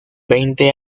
veinte